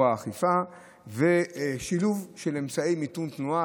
האכיפה ושילוב של אמצעי מיתון תנועה.